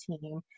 team